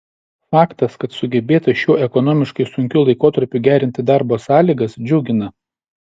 faktas kad sugebėta šiuo ekonomiškai sunkiu laikotarpiu gerinti darbo sąlygas džiugina